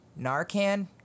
Narcan